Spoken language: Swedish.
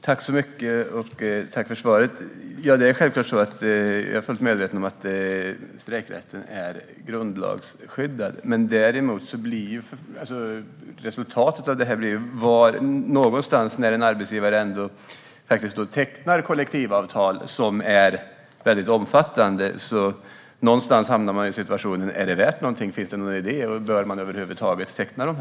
Fru talman! Tack för svaret. Det är självklart så att jag är fullt medveten om att strejkrätten är grundlagsskyddad. Men resultatet av detta blir att när en arbetsgivare ändå tecknar kollektivavtal som är väldigt omfattande hamnar man någonstans i situationen där man frågar sig: Är det värt någonting? Är det någon idé? Bör man över huvud taget teckna dem?